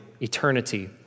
eternity